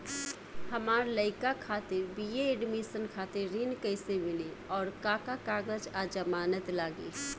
हमार लइका खातिर बी.ए एडमिशन खातिर ऋण कइसे मिली और का का कागज आ जमानत लागी?